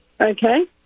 Okay